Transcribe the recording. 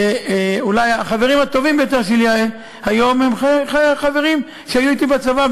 שאולי החברים הטובים ביותר שלי היום הם חברים שהיו אתי בצבא,